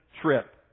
trip